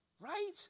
right